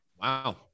Wow